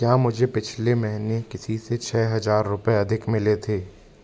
क्या मुझे पिछले महीने किसी से छः हज़ार रुपये अधिक मिले थे